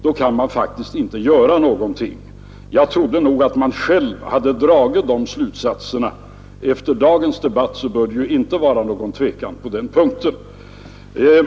Därför kan man faktiskt inte göra någonting, och jag trodde nog att allmänheten redan hade dragit den slutsatsen. Efter dagens debatt bör det inte vara någon tvekan på den punkten.